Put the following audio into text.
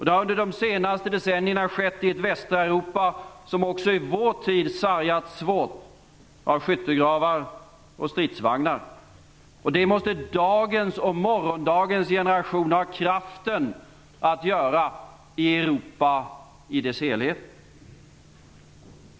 Det har under de senaste decennierna skett i ett västra Europa som också i vår tid sargats svårt av skyttegravar och stridsvagnar. Det måste dagens och morgondagens generationer ha kraften att göra i Europa i dess helhet.